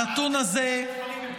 אבל אנחנו מדברים על אלפים.